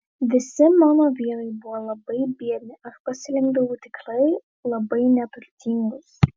visi mano vyrai buvo labai biedni aš pasirinkdavau tikrai labai neturtingus